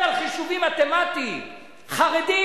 האזרחים סובלים,